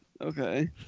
Okay